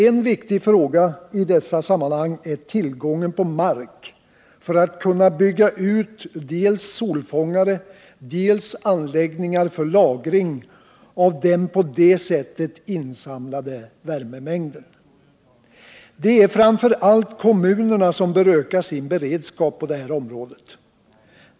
En viktig fråga i dessa sammanhang är tillgången på mark för att kunna bygga ut dels solfångare, dels anläggningar för lagring av den på det sättet insamlade värmemängden. Det är framför allt kommunerna som bör öka sin beredskap på det här området.